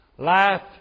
Life